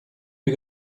are